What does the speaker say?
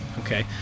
okay